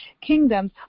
Kingdoms